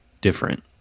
different